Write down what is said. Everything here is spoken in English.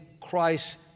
Christ